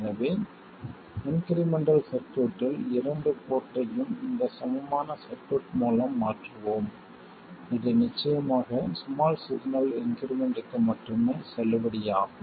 எனவே இன்க்ரிமெண்டல் சர்க்யூட்டில் இரண்டு போர்ட்டையும் இந்த சமமான சர்க்யூட் மூலம் மாற்றுவோம் இது நிச்சயமாக ஸ்மால் சிக்னல் இன்க்ரிமெண்ட்க்கு மட்டுமே செல்லுபடியாகும்